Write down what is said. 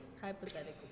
Hypothetically